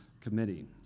committee